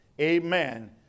amen